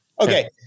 Okay